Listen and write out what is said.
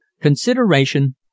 CONSIDERATION